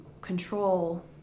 control